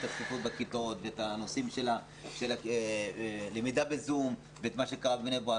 את הצפיפות בכיתות ואת הנושאים של הלמידה בזום ותלמודי תורה.